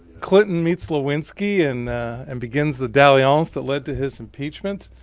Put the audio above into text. clinton meets lewinsky and and begins the dalliance that led to his impeachment.